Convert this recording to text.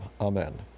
Amen